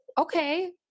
Okay